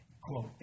quote